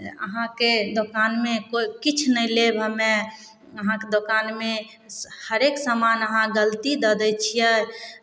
अहाँके दोकानमे कोइ किछु नहि लेब हमे अहाँके दोकानमे हरेक सामान अहाँ गलती दऽ दै छियै